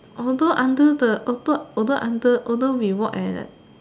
although under the although although under although we work at like